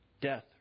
Death